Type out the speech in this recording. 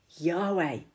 Yahweh